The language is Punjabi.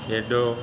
ਖੇਡੋ